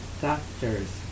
Doctors